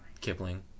Kipling